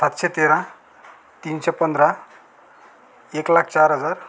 सातशे तेरा तीनशे पंधरा एक लाख चार हजार